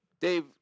Dave